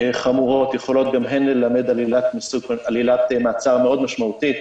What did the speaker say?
חמורות יכולות גם הן ללמד על עילת מעצר מאוד משמעותית.